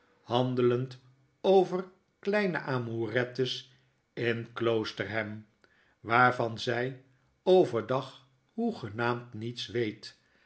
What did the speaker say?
handelend over kleine amonretjesin kloosterham waarvan zij over dag hoegenaamd niets weet